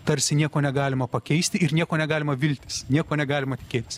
tarsi nieko negalima pakeisti ir nieko negalima viltis nieko negalima tikėtis